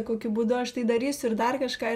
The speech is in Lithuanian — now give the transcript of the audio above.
kokiu būdu aš tai darysiu ir dar kažką